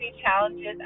challenges